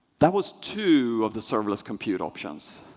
that was two of the serverless compute options.